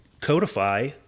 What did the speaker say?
codify